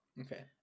Okay